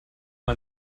man